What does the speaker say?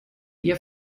ihr